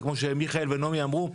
וכמו שמיכאל ונעמי אמרו,